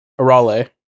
Arale